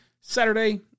Saturday